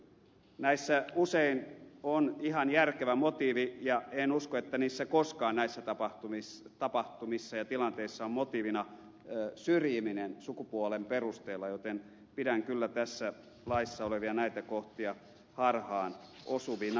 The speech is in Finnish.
näissä usein on ihan järkevä motiivi ja en usko että koskaan näissä tapahtumissa ja tilanteissa on motiivina syrjiminen sukupuolen perusteella joten pidän kyllä tässä laissa olevia näitä kohtia harhaan osuvina